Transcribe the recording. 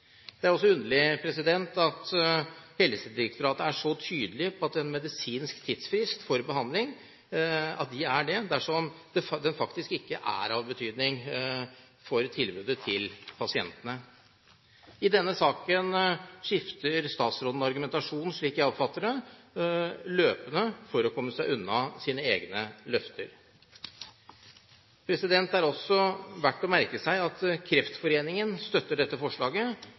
Det er også underlig at Helsedirektoratet er så tydelig på en medisinsk tidsfrist for behandling, dersom den faktisk ikke er av betydning for tilbudet til pasientene. I denne saken skifter statsråden argumentasjon løpende, slik jeg oppfatter det, for å komme seg unna sine egne løfter. Det er også verdt å merke seg at Kreftforeningen støtter dette forslaget,